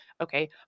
Okay